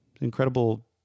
incredible